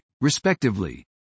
respectively